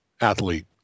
athlete